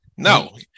No